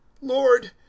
Lord